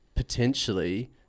potentially